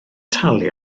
talu